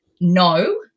no